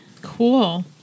Cool